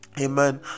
amen